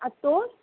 আর তোর